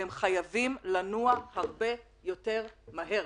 והם חייבים לנוע הרבה יותר מהר.